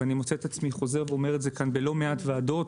ואני מוצא את עצמי חוזר ואומר את זה כאן בלא מעט ועדות,